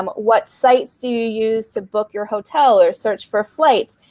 um what sites do you use to book your hotel or search for flights?